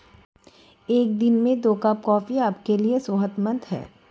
एक दिन में दो कप कॉफी आपके लिए सेहतमंद है